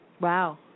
Wow